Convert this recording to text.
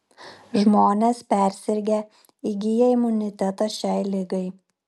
žmonės persirgę įgyja imunitetą šiai ligai